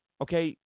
okay